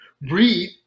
Breathe